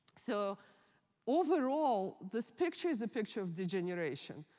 so overall, this picture is a picture of degeneration.